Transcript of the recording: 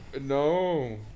No